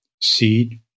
seed